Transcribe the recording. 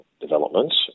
developments